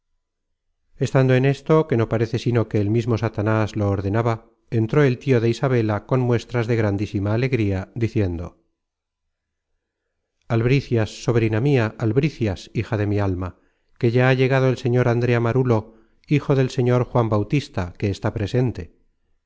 estando en esto que no parece sino que el mismo satanas lo ordenaba entró el tio de isabela con muestras de grandísima alegría diciendo albricias sobrina mia albricias hija de mi alma que ya ha llegado el señor andrea marulo hijo del señor juan bautista que está presente